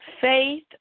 Faith